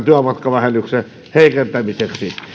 työmatkavähennyksen heikentämiseksi